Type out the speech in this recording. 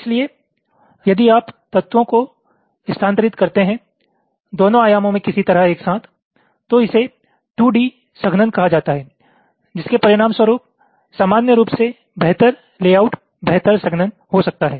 इसलिए यदि आप तत्वों को स्थानांतरित करते हैं दोनों आयामों में किसी तरह एक साथ तो इसे 2 D संघनन कहा जाता है जिसके परिणामस्वरूप सामान्य रूप से बेहतर लेआउट बेहतर संघनन हो सकता है